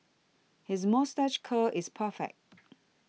his moustache curl is perfect